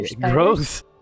gross